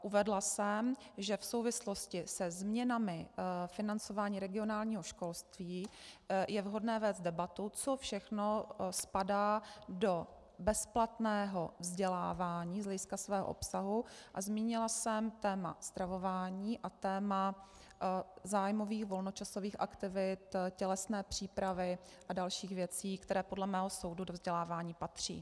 Uvedla jsem, že v souvislosti se změnami financování regionálního školství je vhodné vést debatu, co všechno spadá do bezplatného vzdělávání z hlediska svého obsahu, a zmínila jsem téma stravování a téma zájmových volnočasových aktivit, tělesné přípravy a dalších věcí, které podle mého soudu do vzdělávání patří.